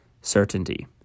certainty